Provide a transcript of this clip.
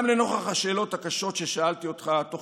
גם לנוכח השאלות הקשות ששאלתי אותך תוך